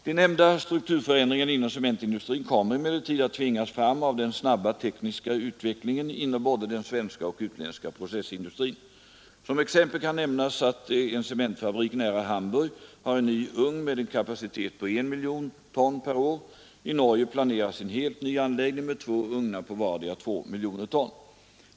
De nämnda strukturförändringarna inom cementindustrin kommer emellertid att tvingas fram av den snabba tekniska utvecklingen inom både den svenska och utländska processindustrin. Som exempel kan nämnas att en cementfabrik nära Hamburg har en ny ugn med en kapacitet på 1 miljon ton per år. I Norge planeras en helt ny anläggning med två ugnar på vardera 2 miljoner ton.